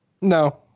no